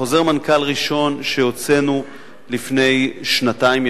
את חוזר המנכ"ל הראשון הוצאנו לפני שנתיים,